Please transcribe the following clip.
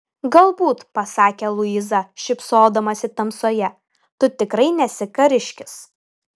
galbūt pasakė luiza šypsodamasi tamsoje tu tikrai nesi kariškis